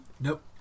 Nope